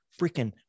freaking